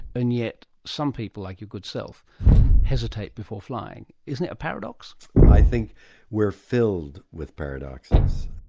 and yet some people like your good self hesitate before flying. isn't it a paradox? i think we're filled with paradoxes.